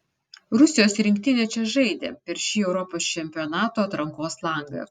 rusijos rinktinė čia žaidė per šį europos čempionato atrankos langą